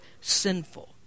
sinful